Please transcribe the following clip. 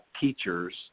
teachers